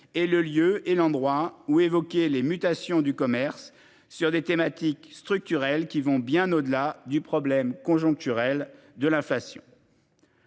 C'est le lieu où évoquer les mutations du commerce et les thématiques structurelles qui vont bien au-delà du problème conjoncturel de l'inflation.